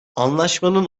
anlaşmanın